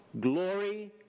glory